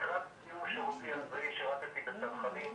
לקראת סיום שירותי הצבאי שירתי בצנחנים,